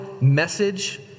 message